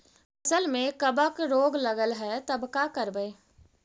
फसल में कबक रोग लगल है तब का करबै